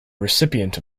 recipient